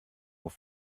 auf